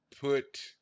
put